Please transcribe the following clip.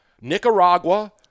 Nicaragua